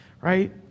right